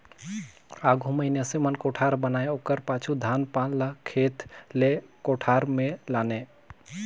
आघु मइनसे मन कोठार बनाए ओकर पाछू धान पान ल खेत ले कोठार मे लाने